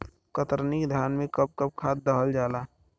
कतरनी धान में कब कब खाद दहल जाई?